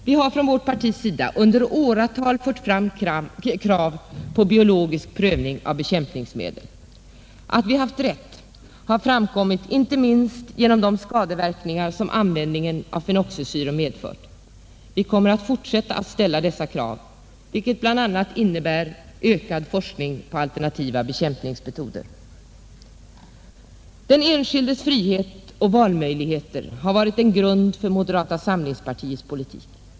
Vi har från vårt partis sida under åratal fört fram krav på biologisk prövning av bekämpningsmedel. Att vi har haft rätt har framkommit inte minst genom de skadeverkningar som användningen av fenoxisyror medfört. Vi kommer att fortsätta att ställa dessa krav, vilket bl.a. innebär en ökad forskning om alternativa bekämpningsmetoder. Den enskildes frihet och valmöjligheter har varit en grund för moderata samlingspartiets politik.